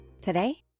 Today